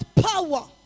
power